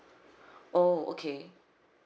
oh okay